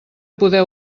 poder